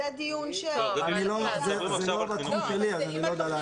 זה לא בתחום שלי אז אני לא יודע לענות.